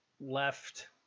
left